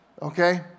Okay